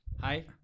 Hi